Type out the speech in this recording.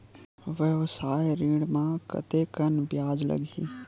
व्यवसाय ऋण म कतेकन ब्याज लगही?